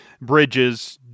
bridges